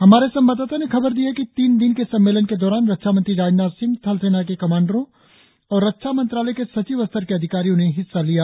हमारे संवाददाता ने खबर दी है कि तीन दिन के सम्मेलन के दौरान रक्षामंत्री राजनाथ सिंह थलसेना के कमांडरों और रक्षा मंत्रालय के सचिव स्तर के अधिकारियों ने हिस्सा लिया